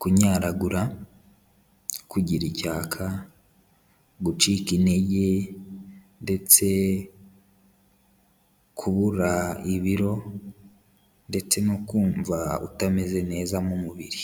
kunyaragura, kugira icyaka, gucika intege ndetse kubura ibiro ndetse no kumva utameze neza mu mubiri.